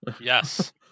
Yes